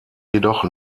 jedoch